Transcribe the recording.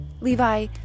Levi